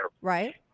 Right